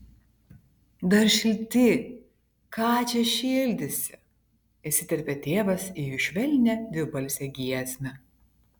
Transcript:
dar šilti ką čia šildysi įsiterpė tėvas į jų švelnią dvibalsę giesmę